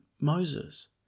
Moses